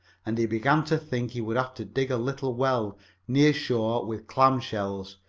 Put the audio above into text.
and he began to think he would have to dig a little well near shore with clam shells,